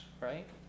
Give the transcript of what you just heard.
right